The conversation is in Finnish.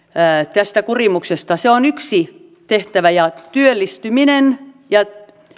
tästä kurimuksesta se on yksi tehtävä ja työllistyminen ja